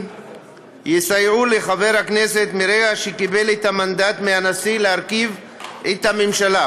יסייעו לחבר הכנסת מרגע שקיבל את המנדט מהנשיא להרכיב את הממשלה,